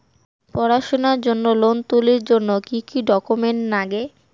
পড়াশুনার জন্যে লোন তুলির জন্যে কি কি ডকুমেন্টস নাগে?